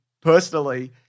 personally